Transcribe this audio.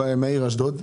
אני מגיע מאשדוד.